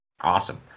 Awesome